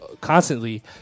constantly